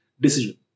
decision